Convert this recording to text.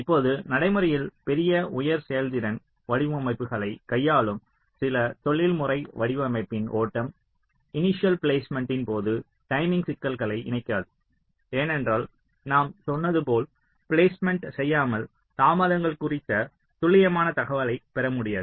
இப்போது நடைமுறையில் பெரிய உயர் செயல்திறன் வடிவமைப்புகளைக் கையாளும் சில தொழில்துறை வடிவமைப்பின் ஓட்டம் இனிசியல் பிளேஸ்மெண்ட்டின் போது டைமிங் சிக்கல்களை இணைக்காது ஏனென்றால் நாம் சொன்னது போல் பிளேஸ்மெண்ட் செய்யாமல் தாமதங்கள் குறித்த துல்லியமான தகவலை பெற முடியாது